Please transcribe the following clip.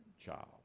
child